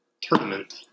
tournament